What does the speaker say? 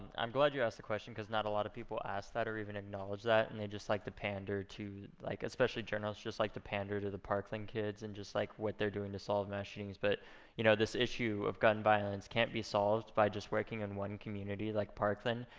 i'm glad you asked the question, cause not a lot of people ask that, or even acknowledge that, and they just like to pander to, like especially journalists, just like to pander to the parkland kids and just like what they're doing to solve mass shootings. but you know this issue of gun violence can't be solved by just working in one community like parkland.